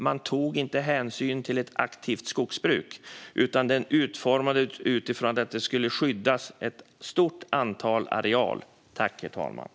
Man tog inte hänsyn till ett aktivt skogsbruk, utan den utformades utifrån att stora arealer skulle skyddas.